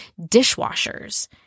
dishwashers